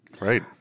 Right